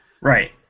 Right